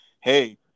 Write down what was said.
hey